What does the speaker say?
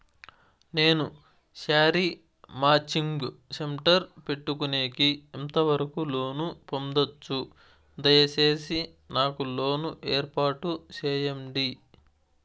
నేను sari matching centre పెట్టుకునేకి ఎంత వరకు లోను పొందొచ్చు? దయసేసి నాకు లోను ఏర్పాటు సేయండి?